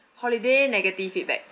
holiday negative feedback